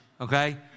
Okay